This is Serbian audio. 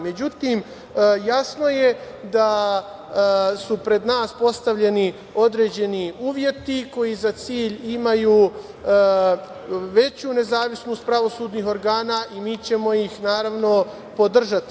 Međutim, jasno je da su pred nas postavljeni određeni uvjeti koji za cilj imaju veću nezavisnost pravosudnih organa i mi ćemo ih, naravno, podržati.